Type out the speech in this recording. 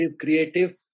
creative